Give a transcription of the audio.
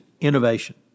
innovation